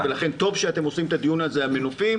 ולכן טוב שאתם עושים את הדיון הזה על מנופים.